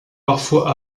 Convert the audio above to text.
parfois